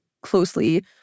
closely